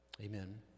amen